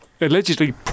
allegedly